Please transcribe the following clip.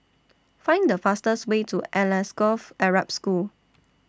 Find The fastest Way to Alsagoff Arab School